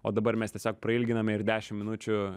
o dabar mes tiesiog prailginame ir dešimt minučių